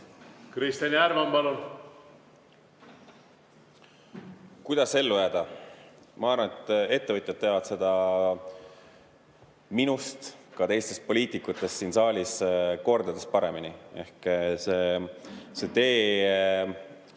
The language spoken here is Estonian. Kristjan Järvan, palun! Kuidas ellu jääda? Ma arvan, et ettevõtjad teavad seda minust ja ka teistest poliitikutest siin saalis kordades paremini. Tee eduni